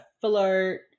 flirt